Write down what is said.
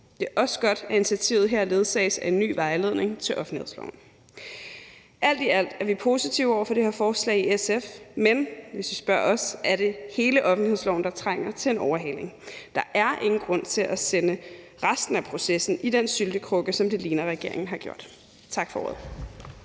Det er også godt, at initiativet her ledsages af en ny vejledning til offentlighedsloven. Alt i alt er vi i SF positive over for det her forslag, men hvis I spørger os, er det hele offentlighedsloven, der trænger til en overhaling. Der er ingen grund til at lægge resten af processen i den syltekrukke, som det ligner at regeringen har gjort. Tak for ordet.